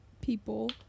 people